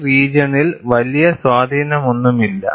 ഈ റീജിയണിൽ വലിയ സ്വാധീനമൊന്നുമില്ല